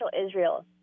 Israel